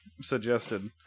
suggested